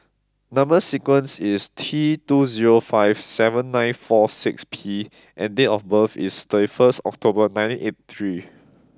number sequence is T two zero five seven nine four six P and date of birth is thirty first October nineteen eighty three